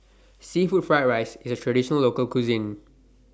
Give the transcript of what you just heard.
Seafood Fried Rice IS A Traditional Local Cuisine